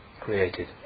created